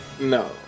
No